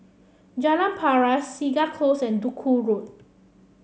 Jalan Paras Segar Close and Duku Road